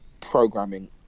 programming